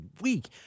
week